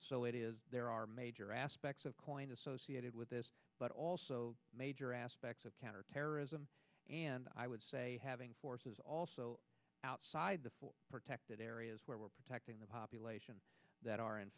so it is there are major aspects of coin associated with this but also major aspects of counterterrorism and i would say having forces also outside the protected areas where we're protecting the population that are in